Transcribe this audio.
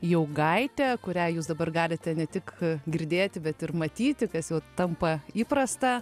jaugaite kurią jūs dabar galite ne tik girdėti bet ir matyti kas jau tampa įprasta